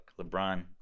LeBron